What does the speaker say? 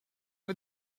for